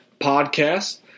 podcast